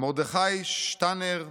מרדכי שטנר,